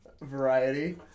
variety